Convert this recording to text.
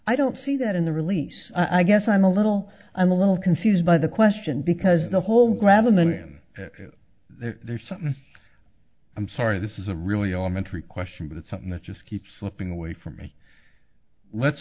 i don't see that in the release i guess i'm a little i'm a little confused by the question because the whole grab and then there's something i'm sorry this is a really elementary question but it's something that just keeps slipping away from me let's